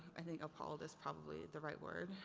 i think, appalled is probably the right word.